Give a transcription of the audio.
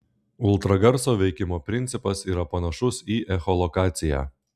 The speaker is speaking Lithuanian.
ultragarso veikimo principas yra panašus į echolokaciją